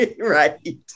Right